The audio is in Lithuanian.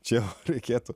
čia reikėtų